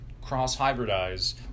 cross-hybridize